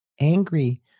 angry